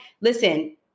listen